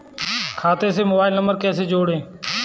खाते से mobile number कैसे जोड़ें?